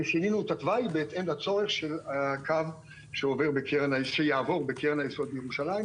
ושינינו את התוואי בהתאם לצורך של הקו שיעבור בקרן היסוד בירושלים.